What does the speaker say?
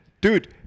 Dude